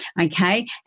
okay